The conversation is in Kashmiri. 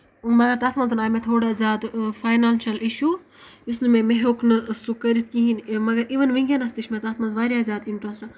مَگر تَتھ منٛز آیہِ مےٚ تھوڑا زیادٕ فاینانشَل اِشوٗ یُس نہٕ مےٚ مےٚ ہیوٚک نہٕ سُہ کٔرِتھ کِہینۍ مَگر اِوٕن ؤنکینس تہِ چھِ مےٚ تَتھ منٛز واریاہ زیادٕ اِنٹرَسٹ